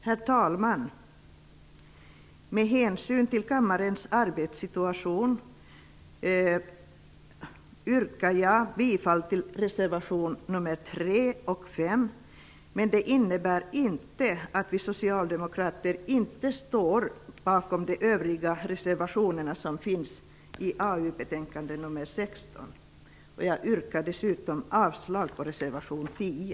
Herr talman! Med hänsyn till kammarens arbetssituation yrkar jag bifall till reservationerna nr 3 och 5. Men det innebär inte att vi socialdemokrater inte stöder övriga reservationer i arbetsmarknadsutskottets betänkande nr 16. Jag yrkar dock avslag på reservation nr 10.